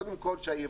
קודם כל שהיבואן